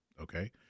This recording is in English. Okay